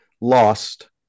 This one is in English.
lost